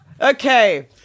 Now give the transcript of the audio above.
Okay